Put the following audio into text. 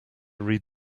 read